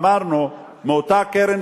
אמרנו: מאותה קרן